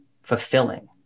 fulfilling